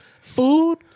Food